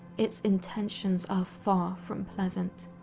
it's intentions are far from pleasant.